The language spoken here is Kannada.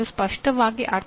ಯಾವ ರೀತಿಯ ಮಧ್ಯಸ್ಥಿಕೆಗಳು